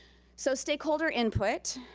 so stakeholder input.